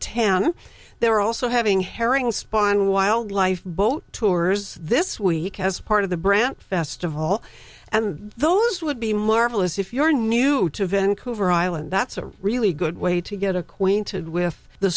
and they're also having herring spawn wildlife boat tours this week as part of the brant festival and those would be marvelous if you're new to vancouver island that's a really good way to get acquainted with the